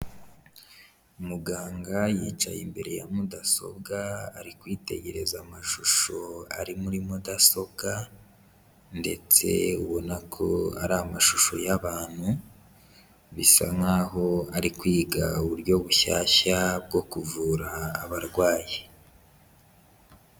Muganga yicaye imbere ya mudasobwa ari kwitegereza amashusho ari muri mudasobwa ndetse ubona ko ari amashusho y'abantu, bisa nkaho ari kwiga uburyo bushyashya bwo kuvura abarwayi.